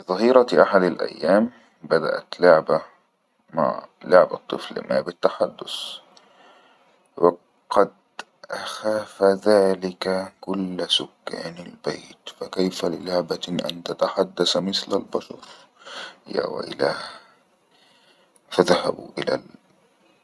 في ظهيرة أحدى الأيام بدأت لعبة مع لعبة الطفل ما بالتحدس وقد أخاف ذلك كل سكان البيت فكيف للعبة أن تتحدث مثل البشر يا ويلاه فسهببوا إلى